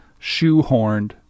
shoehorned